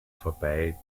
vorbei